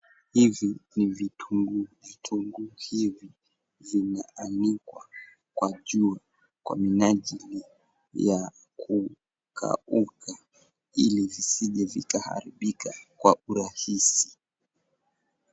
Hizi ni vitunguu. Vitunguu hizi zinaanikwa kwa jua kwa minajili ya kukauka ili zisije zikaharibika kwa urahisi.